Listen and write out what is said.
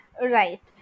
Right